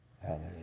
Hallelujah